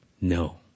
No